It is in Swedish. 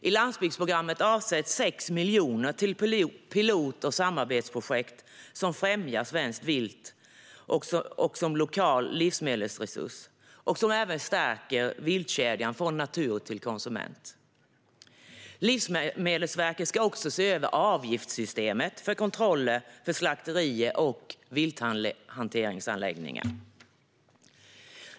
I landsbygdsprogrammet avsätts 6 miljoner till pilot och samarbetsprojekt som främjar svenskt vilt som lokal livsmedelsresurs och även stärker viltkedjan från natur till konsument. Livsmedelsverket ska också se över avgiftssystemet för kontroller för slakterier och vilthanteringsanläggningar.